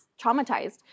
traumatized